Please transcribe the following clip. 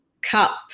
cup